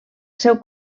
seu